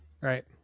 Right